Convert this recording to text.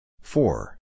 Four